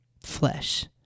flesh